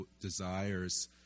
desires